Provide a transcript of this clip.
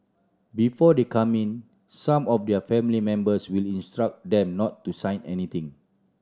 before they come in some of their family members will instruct them not to sign anything